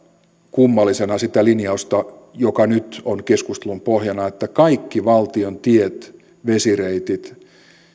kummallisena sitä linjausta joka nyt on keskustelun pohjana että kaikki valtion tiet vesireitit